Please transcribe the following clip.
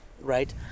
right